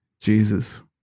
Jesus